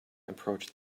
approach